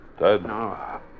No